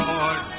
Lord